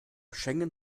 schengen